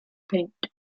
paint